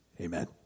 Amen